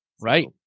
Right